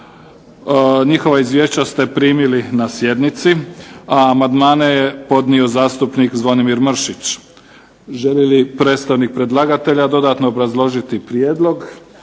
Njihova izvješća ste primili na sjednici, a amandmane je podnio zastupnik Zvonimir Mršić. Želi li predstavnik predlagatelja dodatno obrazložiti prijedlog?